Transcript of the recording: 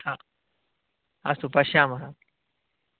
आम् अस्तु पश्यामः